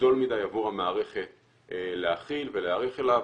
גדול מדי עבור המערכת להכיל ולהיערך אליו.